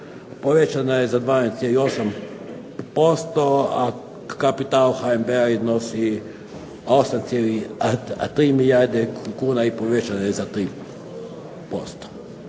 povećana je za 12,8% a kapital HNB-a iznosi 8,3 milijardi kuna i povećana je za 3%.